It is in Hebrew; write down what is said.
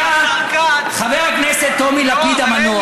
היה חבר הכנסת טומי לפיד, המנוח.